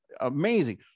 Amazing